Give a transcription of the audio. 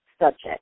subject